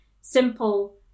simple